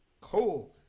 Cool